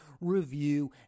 review